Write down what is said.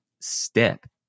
step